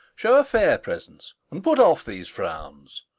show a fair presence and put off these frowns,